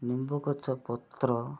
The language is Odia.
ନିମ୍ବ ଗଛ ପତ୍ର